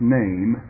name